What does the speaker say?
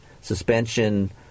suspension